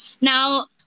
Now